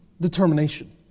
determination